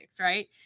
right